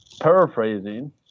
paraphrasing